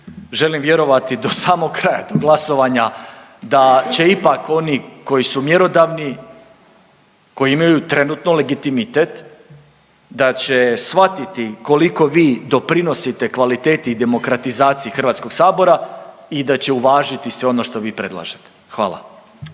želim vjerovati do samog kraja, do glasovanja da će ipak oni koji su mjerodavni koji imaju trenutno legitimitet, da će shvatiti koliko vi doprinosite kvaliteti i demokratizaciji HS-a i da će uvažiti sve ono što vi predlažete. Hvala.